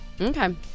Okay